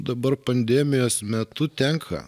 dabar pandemijos metu tenka